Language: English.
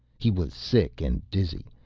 he was sick and dizzy.